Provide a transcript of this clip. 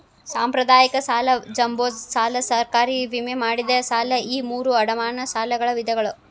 ಸಾಂಪ್ರದಾಯಿಕ ಸಾಲ ಜಂಬೋ ಸಾಲ ಸರ್ಕಾರಿ ವಿಮೆ ಮಾಡಿದ ಸಾಲ ಈ ಮೂರೂ ಅಡಮಾನ ಸಾಲಗಳ ವಿಧಗಳ